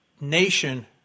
nation